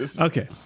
Okay